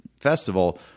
festival